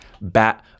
Bat